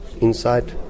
inside